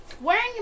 wearing